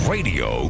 Radio